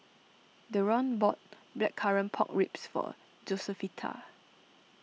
Deron bought Blackcurrant Pork Ribs for Josefita